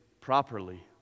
properly